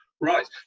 Right